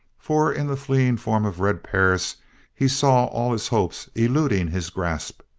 for in the fleeing form of red perris he saw all his hopes eluding his grasp.